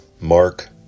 Mark